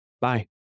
Bye